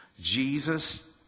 Jesus